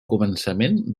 començament